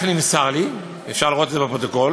נמסר לי, ואפשר לראות את זה בפרוטוקול.